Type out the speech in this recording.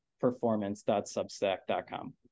performance.substack.com